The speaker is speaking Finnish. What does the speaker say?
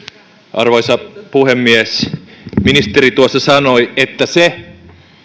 arvoisa puhemies ministeri tuossa sanoi että se